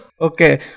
Okay